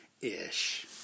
ish